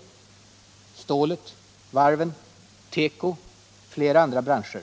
Satsningar har skett på stålindustrin, varven, teko och flera andra branscher